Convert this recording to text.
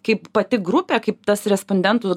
kaip pati grupė kaip tas respondentų